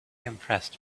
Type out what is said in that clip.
impressed